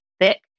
thick